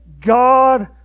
God